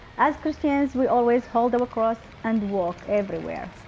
as christians we always hold our cross and walk everywhere.